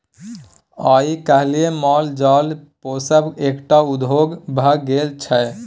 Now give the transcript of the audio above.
आइ काल्हि माल जाल पोसब एकटा उद्योग भ गेल छै